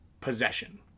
possession